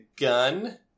gun